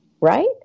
right